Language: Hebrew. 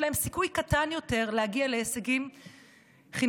יש להם סיכוי קטן יותר להגיע להישגים חינוכיים